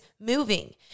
moving